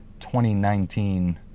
2019